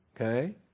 okay